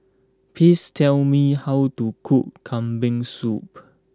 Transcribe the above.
please tell me how to cook Kambing Soup